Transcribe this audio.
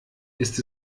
ist